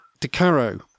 Decaro